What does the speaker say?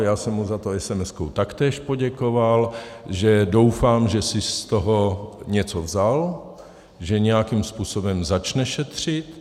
Já jsem mu za to SMSkou taktéž poděkoval, že doufám, že si z toho něco vzal, že nějakým způsobem začne šetřit.